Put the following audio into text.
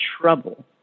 trouble